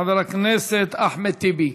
חבר הכנסת אחמד טיבי.